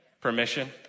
Permission